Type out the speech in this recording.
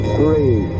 three